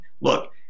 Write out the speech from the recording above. look